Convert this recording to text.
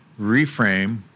Reframe